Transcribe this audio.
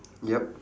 yup